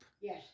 Yes